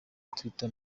twitter